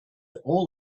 all